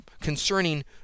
concerning